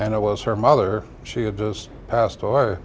and it was her mother she had just passed away